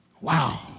Wow